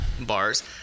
bars